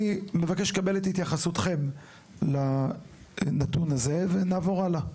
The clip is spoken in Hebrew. אני מבקש לקבל את התייחסותכם לנתון הזה ונעבור הלאה.